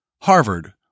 Harvard